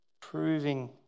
proving